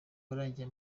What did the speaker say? warangiye